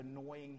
annoying